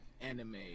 anime